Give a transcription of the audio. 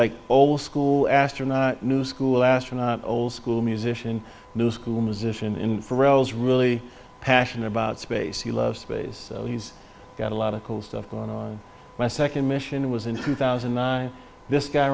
like old school astronaut new school astronaut old school musician new school musician in the rose really passionate about space he loves space he's got a lot of cool stuff going on my second mission was in two thousand and nine this guy